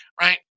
right